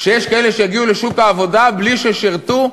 שיש כאלה שיגיעו לשוק העבודה בלי ששירתו,